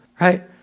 right